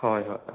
हय हय हय